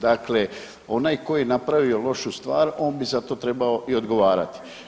Dakle, onaj tko je napravio lošu stvar on bi za to trebao i odgovarati.